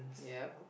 yup